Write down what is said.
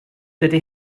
dydy